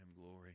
glory